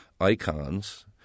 icons